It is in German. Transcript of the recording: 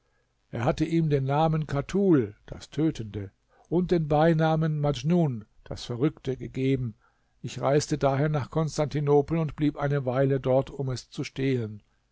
er hatte ihm den namen katul das tötende und den beinamen madjnun das verrückte gegeben ich reiste daher nach konstantinopel und blieb eine weile dort um es zu stehlen